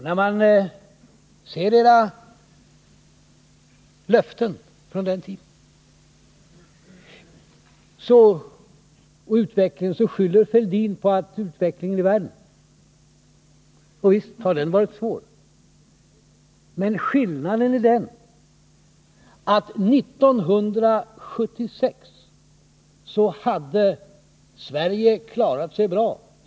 När vi nu ser hur det har gått med era löften från valrörelsen 1976, skyller Thorbjörn Fälldin på utvecklingen i världen. Och visst har den varit svår. Men skillnaden är den att fram till 1976 hade Sverige klarat sig bra.